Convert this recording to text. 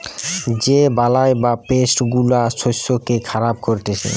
যে বালাই বা পেস্ট গুলা শস্যকে খারাপ করতিছে